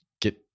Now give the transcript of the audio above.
get